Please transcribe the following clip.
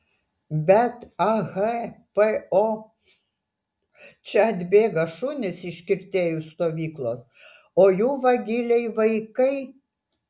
bet ah po čia atbėga šunys iš kirtėjų stovyklos o jų vagiliai vaikai